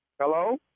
Hello